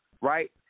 right